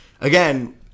again